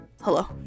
hello